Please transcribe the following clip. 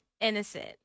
innocent